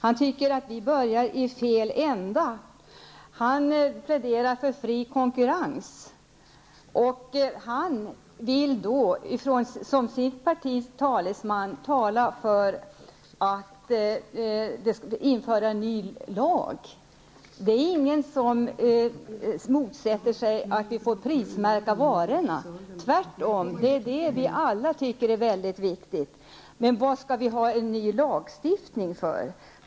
Han tycker att vi börjar i fel ända. Han pläderar för fri konkurrens, och han vill då som sitt partis talesman tala för att införa en ny lag. Det är ingen som motsätter sig en prismärkning av varorna. Tvärtom tycker alla att det är viktigt. Men varför skall det vara en ny lagstiftning?